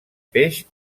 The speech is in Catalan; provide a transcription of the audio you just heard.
peix